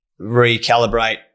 recalibrate